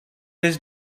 his